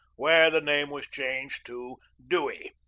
where the name was changed to dewey.